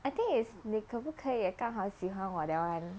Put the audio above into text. I think is 你可不可以刚好喜欢我 that [one]